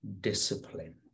discipline